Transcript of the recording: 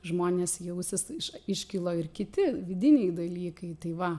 žmonės jausis iš iškilo ir kiti vidiniai dalykai tai va